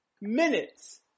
minutes